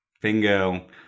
Bingo